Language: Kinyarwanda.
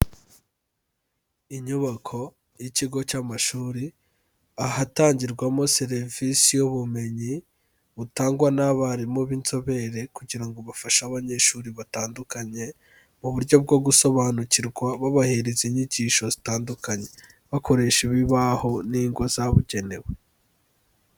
Inyubako y'ikigo cy'amashuri, ahatangirwamo serivisi y'ubumenyi butangwa n'abarimu b'inzobere kugira ngo bafashe abanyeshuri batandukanye mu buryo bwo gusobanukirwa babaheriza inyigisho zitandukanye, bakoresha ibibaho n'ingwa zabugenewe.